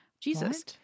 Jesus